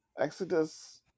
exodus